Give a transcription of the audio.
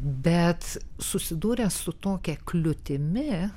bet susidūręs su tokia kliūtimi